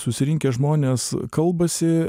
susirinkę žmonės kalbasi